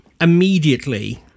immediately